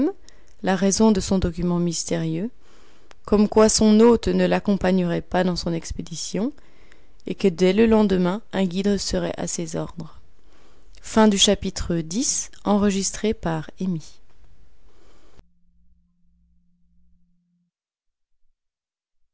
la raison de son document mystérieux comme quoi son hôte ne l'accompagnerait pas dans son expédition et que dès le lendemain un guide serait à ses ordres xi